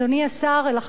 לחבור אליכם,